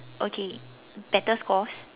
okay better scores